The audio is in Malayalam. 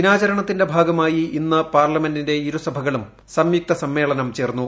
ദിനാചരണത്തിന്റെ ഭാഗമായി ഇന്ന് പാർലമെന്റിന്റെ ഇരു് സഭകളും സംയുക്ത സമ്മേളനം ചേർന്നു